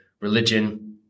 religion